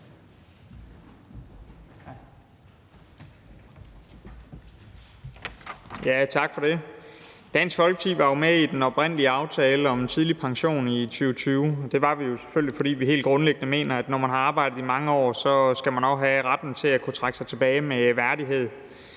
Dansk Folkeparti var med i den oprindelige aftale om tidlig pension i 2020, og det var vi jo selvfølgelig, fordi vi helt grundlæggende mener, at når man har arbejdet i mange år, skal man også have retten til at trække sig tilbage med værdighed.